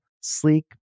sleek